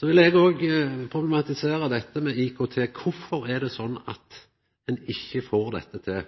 Så vil eg òg problematisera dette med IKT. Kvifor er det slik at ein ikkje får dette til?